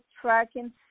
tracking